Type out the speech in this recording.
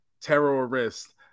terrorist